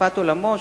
מהשקפת עולמו,